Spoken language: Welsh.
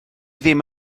ddim